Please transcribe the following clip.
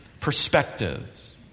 perspectives